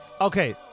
okay